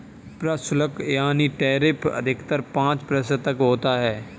प्रशुल्क यानी टैरिफ अधिकतर पांच प्रतिशत तक होता है